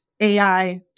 AI